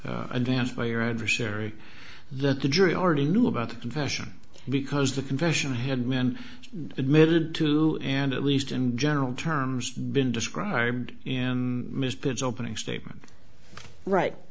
advanced by your adversary that the jury already knew about the confession because the confession had been admitted to and at least in general terms been described in mr pitts opening statement right